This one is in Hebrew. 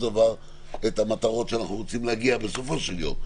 דבר את המטרות שאנחנו רוצים להגיע אליהן בסופו של יום.